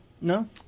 No